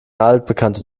altbekannte